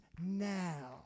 now